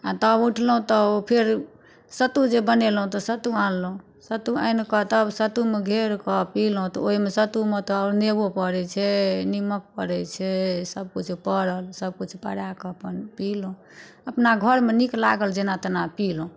आ तब उठलहुॅं तब फेर सत्तू जे बनेलहुॅं तऽ सत्तू आनलहुॅं सत्तू आनिके तब सत्तू मे गारि कऽ पीलहुॅं तऽ ओहिमे सत्तू मे तऽ आओर नेबो परै छै नीमक परै छै सब किछो परल सब किछु परैक अपन पीलहुॅं अपना घर मे नीक लागल जेना तेना पीलहुॅं